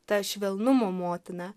ta švelnumo motina